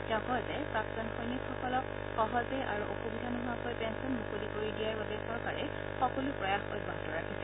তেওঁ কয় যে প্ৰাক্তন সৈনিকসকলক সহজে আৰু অসুবিধা নোহোৱাকৈ পেঞ্চন মুকলি কৰি দিয়াৰ বাবে চৰকাৰে সকলো প্ৰয়াস অব্যাহত ৰাখিছে